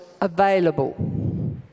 available